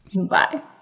bye